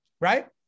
Right